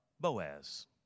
Boaz